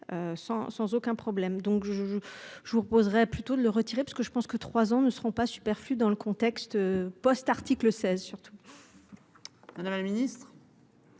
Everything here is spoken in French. sans aucun problème. Donc je je vous poserais plutôt de le retirer, parce que je pense que trois ans ne seront pas superflus dans le contexte Post-article 16 surtout. Madame administre.